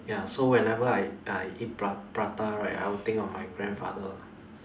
ya so whenever I I eat pra~ prata right I would think of my grandfather